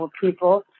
people